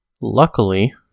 Luckily